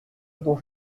dont